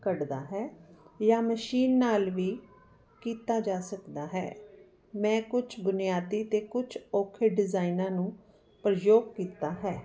ਕੱਢਦਾ ਹੈ ਜਾਂ ਮਸ਼ੀਨ ਨਾਲ ਵੀ ਕੀਤਾ ਜਾ ਸਕਦਾ ਹੈ ਮੈਂ ਕੁਛ ਬੁਨਿਆਦੀ ਅਤੇ ਕੁਛ ਔਖੇ ਡਿਜ਼ਾਇਨਾਂ ਨੂੰ ਪ੍ਰਯੋਗ ਕੀਤਾ ਹੈ